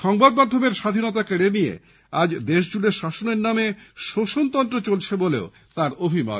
সংবাদ মাধ্যমের স্বাধীনতা কেড়ে নিয়ে আজ দেশজুড়ে শাসনের নামে শোষণ তন্ত্র চলছে বলেও তার অভিমত